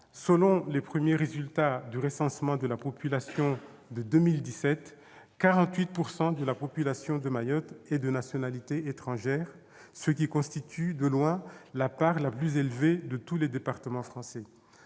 selon les premiers résultats du recensement de la population de 2017, près de 48 % de la population de Mayotte est de nationalité étrangère, ce qui constitue de loin la part la plus élevée de tous les départements français.